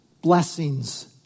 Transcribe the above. blessings